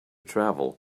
travel